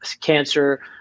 cancer